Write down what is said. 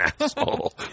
asshole